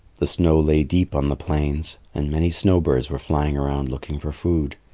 the snow lay deep on the plains, and many snow birds were flying around looking for food.